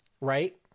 right